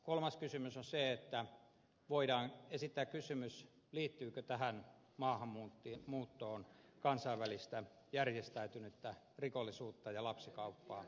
kolmas kysymys on se että voidaan esittää kysymys liittyykö tähän maahanmuuttoon kansainvälistä järjestäytynyttä rikollisuutta ja lapsikauppaa